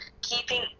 Keeping